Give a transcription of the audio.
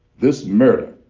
this murder